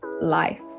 life